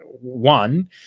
One